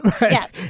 Yes